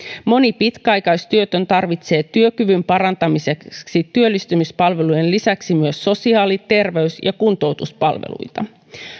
moni pitkäaikaistyötön tarvitsee työkyvyn parantamiseksi työllistymispalvelujen lisäksi myös sosiaali terveys ja kuntoutuspalveluita